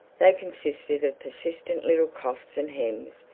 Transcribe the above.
they consisted of persistent little coughs and hems,